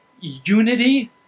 unity